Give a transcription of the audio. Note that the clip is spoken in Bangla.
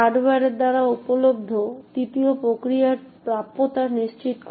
হার্ডওয়্যার দ্বারা উপলব্ধ তৃতীয় প্রক্রিয়া প্রাপ্যতা নিশ্চিত করে